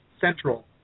Central